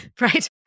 right